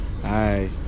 Hi